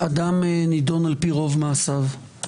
אדם נידון על פי רוב מעשיו.